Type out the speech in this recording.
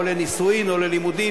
או לנישואין או ללימודים,